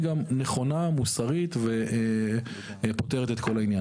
היא גם נכונה מוסרית ופותרת את כל העניין.